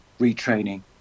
retraining